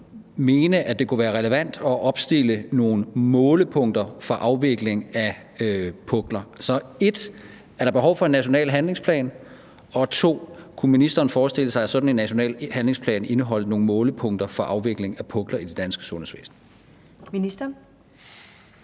mene, at det kunne være relevant at opstille nogle målepunkter for afvikling af pukler? Så punkt 1: Er der behov for en national handlingsplan? Og punkt 2: Kunne ministeren forestille sig, at sådan en national handlingsplan indeholdt nogle målepunkter for afvikling af pukler i det danske sundhedsvæsen? Kl.